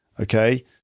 okay